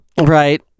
right